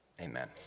Amen